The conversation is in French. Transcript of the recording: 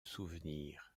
souvenir